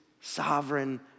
sovereign